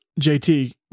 JT